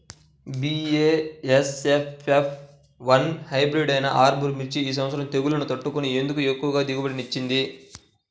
BASF F one hybrid అయినా ఆర్ముర్ మిర్చి ఈ సంవత్సరం తెగుళ్లును తట్టుకొని ఎందుకు ఎక్కువ దిగుబడి ఇచ్చింది?